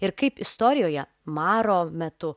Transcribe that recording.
ir kaip istorijoje maro metu